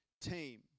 team